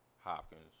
Hopkins